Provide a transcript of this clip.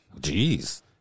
Jeez